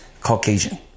Caucasian